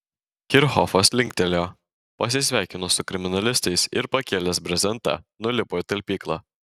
kirchhofas linktelėjo pasisveikino su kriminalistais ir pakėlęs brezentą nulipo į talpyklą